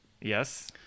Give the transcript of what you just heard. Yes